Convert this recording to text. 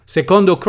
Secondo